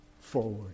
forward